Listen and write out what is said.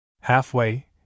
Halfway